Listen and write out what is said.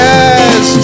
Yes